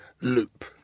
loop